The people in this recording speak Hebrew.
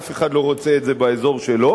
אף אחד לא רוצה את זה באזור שלו.